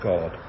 God